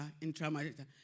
intramarital